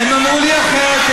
הם אמרו לי אחרת.